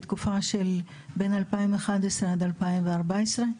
בתקופה של בין 2011 עד 2014,